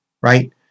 right